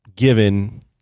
given